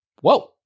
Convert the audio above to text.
whoa